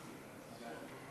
ההצעה להעביר את